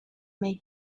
made